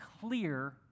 clear